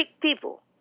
people